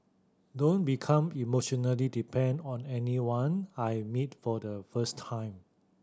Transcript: don't become emotionally depend on anyone I meet for the first time